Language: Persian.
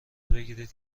بگیرید